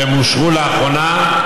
שאושרו לאחרונה,